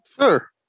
Sure